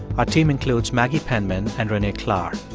our team includes maggie penman and renee klahr.